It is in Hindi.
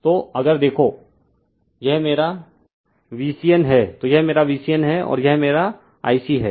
तो अगर देखो कि यह मेरा VCN है तो यह मेरा VCN है और यह मेरा Ic है